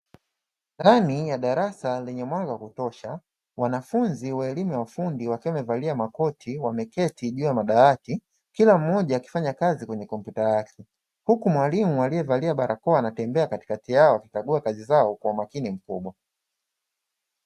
Ndani ya darasa lenye mwanga wa kutosha wanafunzi wa elimu ya ufundi wakiwa wamevalia makoti wameketi juu ya madawati kila mmoja akifanya kazi kwenye kompyuta lake, huku mwalimu aliyevaa barakoa anatembea katikati yao akikagua kazi zao kwa umakini mkubwa.